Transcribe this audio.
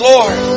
Lord